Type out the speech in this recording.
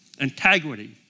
Integrity